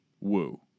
woo